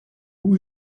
who